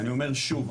אני אומר שוב,